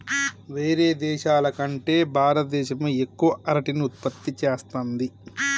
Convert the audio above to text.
వేరే దేశాల కంటే భారత దేశమే ఎక్కువ అరటిని ఉత్పత్తి చేస్తంది